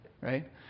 right